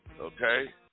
Okay